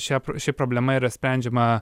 šią ši problema yra sprendžiama